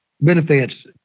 benefits